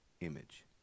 image